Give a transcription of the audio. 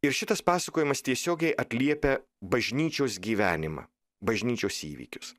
ir šitas pasakojimas tiesiogiai atliepia bažnyčios gyvenimą bažnyčios įvykius